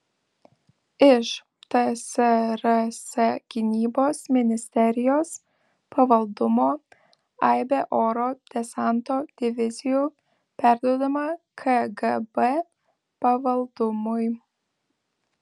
iš tsrs gynybos ministerijos pavaldumo aibė oro desanto divizijų perduodama kgb pavaldumui